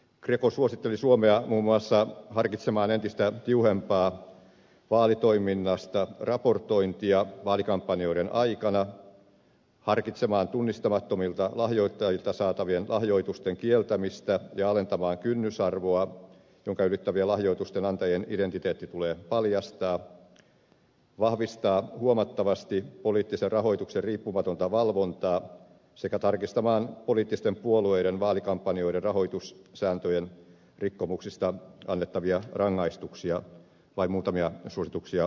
greco suositteli suomea muun muassa harkitsemaan entistä tiuhempaa vaalitoiminnasta raportointia vaalikampanjoiden aikana harkitsemaan tunnistamattomilta lahjoittajilta saatavien lahjoitusten kieltämistä ja alentamaan kynnysarvoa jonka ylittävien lahjoitusten antajien identiteetti tulee paljastaa vahvistamaan huomattavasti poliittisen rahoituksen riippumatonta valvontaa sekä tarkistamaan poliittisten puolueiden vaalikampanjoiden rahoitussääntöjen rikkomuksista annettavia rangaistuksia vain muutamia suosituksia mainitakseni